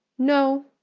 no,